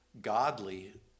godly